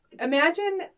Imagine